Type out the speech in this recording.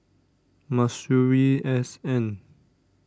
Masuri S N